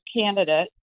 candidate